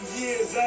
years